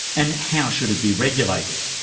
and how should it be regulated?